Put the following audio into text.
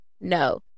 No